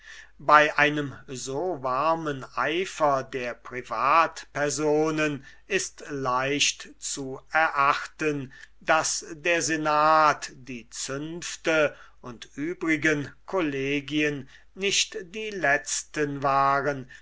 bei einem so warmen eifer der privatpersonen ist leicht zu erachten daß der senat die zünfte und übrigen collegien nicht die letzten waren